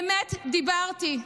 אמת דיברתי.